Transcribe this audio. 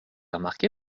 remarqué